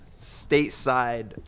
stateside